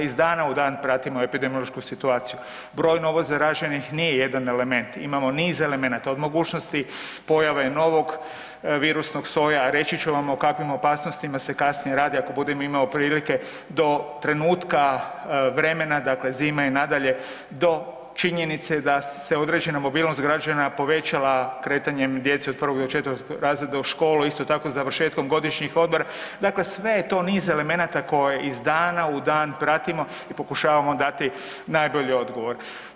Iz dana u dan pratimo epidemiološku situaciju, broj novozaraženih nije jedan element, imamo niz elemenata, od mogućnosti novog virusnog soja, reći ću vam o kakvim opasnosti se kasnije radi ako budem imao prilike, do trenutka vremena, dakle zima je nadalje, do činjenice da se određena mobilnost građana povećala kretanjem djece od 1. do 4. razreda u školu, isto tako završetkom godišnjih odmora, dakle sve je to niz elemenata koji iz dana u dan pratimo i pokušavamo dati najbolji odgovor.